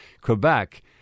Quebec